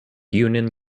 union